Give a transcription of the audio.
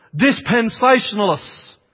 dispensationalists